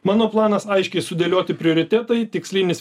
mano planas aiškiai sudėlioti prioritetai tikslinis